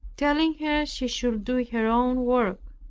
telling her she should do her own work.